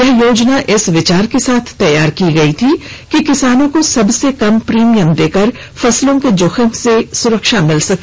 यह योजना इस विचार के साथ तैयार की गई थी कि किसानों को सबसे कम प्रीमियम देकर फसलों के जोखिम से सुरक्षा मिल सके